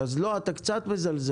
אז לא, אתה קצת מזלזל.